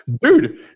dude